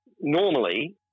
normally